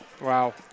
Wow